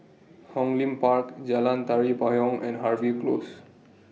Hong Lim Park Jalan Tari Payong and Harvey Close